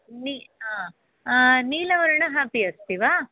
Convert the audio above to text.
नीा नीलवर्णः अपि अस्ति वा